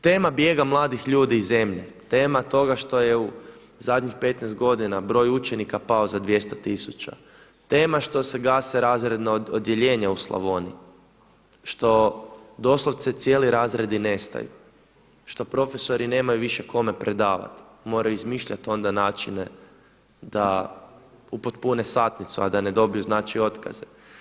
Tema bijega mladih ljudi iz zemlje, tema toga što je u zadnjih 15 godina broj učenika pao za 200 tisuća, tema što se gase razredna odjeljenja u Slavoniji, što doslovce cijeli razredi nestaju, što profesori nemaju više kome predavati, moraju izmišljati onda načine da upotpune satnicu, a da ne dobiju otkaze.